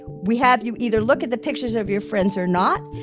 we have you either look at the pictures of your friends or not,